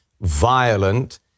violent